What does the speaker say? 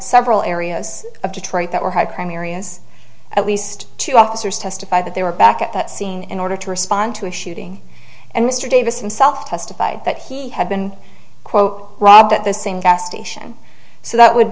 several areas of detroit that were high crime areas at least two officers testify that they were back at that scene in order to respond to a shooting and mr davis himself testified that he had been quote robbed at the same gas station so that would